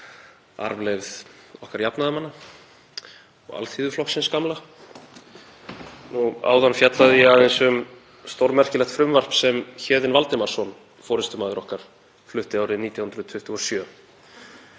arfleifð okkar jafnaðarmanna og Alþýðuflokksins gamla. Áðan fjallaði ég aðeins um stórmerkilegt frumvarp sem Héðinn Valdimarsson, forystumaður okkar, flutti árið 1927.